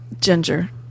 Ginger